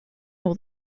more